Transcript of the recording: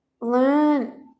learn